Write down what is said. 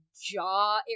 jaw